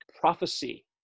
prophecy